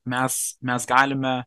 mes mes galime